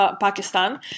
Pakistan